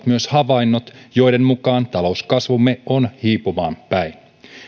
myös havainnot joiden mukaan talouskasvumme on hiipumaan päin